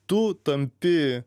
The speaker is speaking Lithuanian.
tu tampi